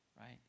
right